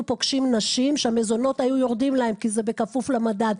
פוגשים נשים שהמזונות היו יורדים להן כי זה בכפוף למדד.